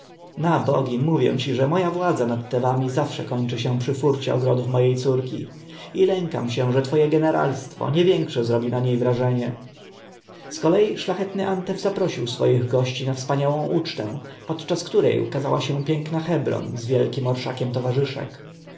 na bogi mówię ci że moja władza nad tebami zawsze kończyła się przy furcie ogrodów mojej córki i lękam się że twoje jeneralstwo nie większe zrobi na niej wrażenie zkolei szlachetny antef zaprosił swoich gości na wspaniałą ucztę w czasie której ukazała się piękna hebron z wielkim orszakiem towarzyszek